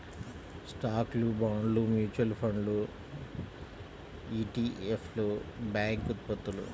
స్టాక్లు, బాండ్లు, మ్యూచువల్ ఫండ్లు ఇ.టి.ఎఫ్లు, బ్యాంక్ ఉత్పత్తులు